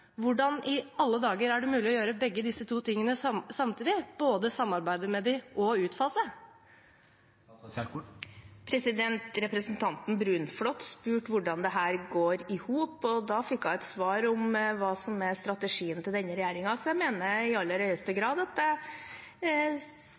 Hvordan i alle dager er det mulig å gjøre begge disse tingene samtidig – både samarbeide med dem og utfase? Representanten Bruflot spurte hvordan dette går i hop, og da fikk hun et svar om hva som er strategien til denne regjeringen. Så jeg mener i aller høyeste